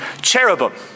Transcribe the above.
cherubim